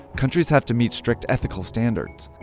countries have to meet strict ethical standards.